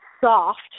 soft